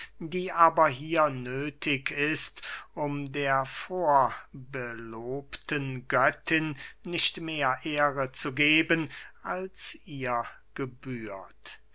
die aber hier nöthig ist um der vorbelobten göttin nicht mehr ehre zu geben als ihr gebührt